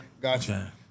gotcha